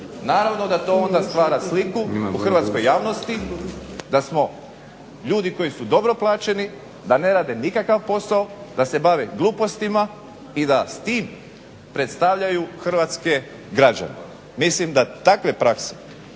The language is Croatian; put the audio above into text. Naravno da to onda stvara sliku u hrvatskoj javnosti da smo ljudi koji su dobro plaćeni, da ne rade nikakav posao, da se bave glupostima i da s tim predstavljaju hrvatske građane. Mislim da takve prakse